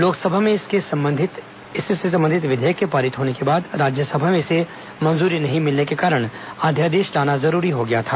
लोकसभा में इससे संबंधित विधेयक के पारित होने के बाद राज्यसभा में इसे मंजूरी नहीं मिलने के कारण अध्यादेश लाना जरूरी हो गया था